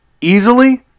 easily